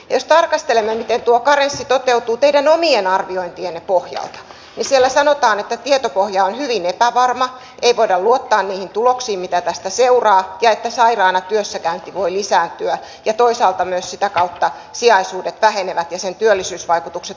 jos tarkastelemme miten tuo karenssi toteutuu teidän omien arviointinne pohjalta niin siellä sanotaan että tietopohja on hyvin epävarma ei voida luottaa niihin tuloksiin mitä tästä seuraa ja että sairaana työssäkäynti voi lisääntyä ja toisaalta myös sitä kautta sijaisuudet vähenevät ja sen työllisyysvaikutukset ovat kyseenalaiset